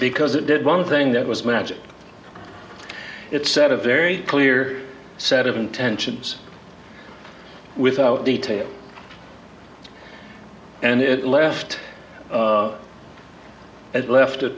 because it did one thing that was magic it set a very clear set of intentions without detail and it left it left a